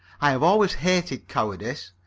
i have always hated cowardice.